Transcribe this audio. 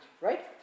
right